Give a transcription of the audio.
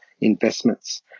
investments